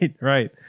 Right